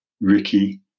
ricky